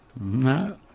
No